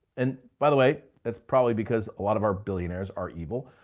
and by the way, that's probably because a lot of our billionaires are evil.